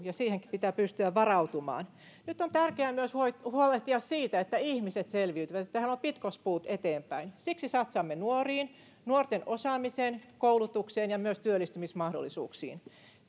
ja siihenkin pitää pystyä varautumaan nyt on tärkeää myös huolehtia siitä että ihmiset selviytyvät että heillä on pitkospuut eteenpäin siksi satsaamme nuoriin nuorten osaamiseen koulutukseen ja myös työllistymismahdollisuuksiin